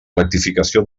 rectificació